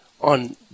on